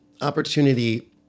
opportunity